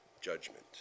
judgment